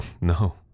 no